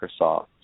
Microsoft